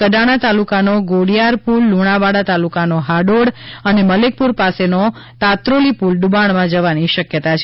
કડાણા તાલુકાનો ગોડિયાર પુલ લુણાવાડા તાલુકાનો હાડોડ અને મલેકપુર પાસેનો તાત્રોલી પુલ ડૂબાણમાં જવાની શક્યતા છે